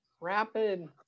rapid